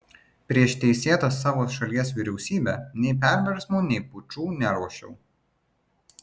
prieš teisėtą savo šalies vyriausybę nei perversmų nei pučų neruošiau